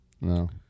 no